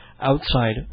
outside